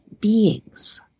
beings